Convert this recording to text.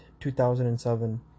2007